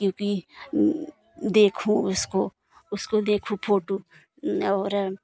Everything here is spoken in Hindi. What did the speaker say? क्योंकि देखूँ उसको उसको देखू फोटो और